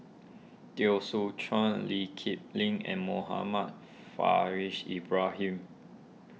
Teo Soon Chuan Lee Kip Lin and Muhammad Ibrahim